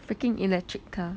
freaking electric car